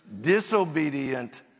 disobedient